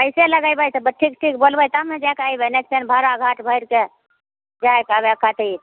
कैसे लगैबै ठीक ठीक बोलबै तब ने जाए कऽ अयबै नहि तऽ भाड़ा घाट भए जेतै ओएह करै खातिर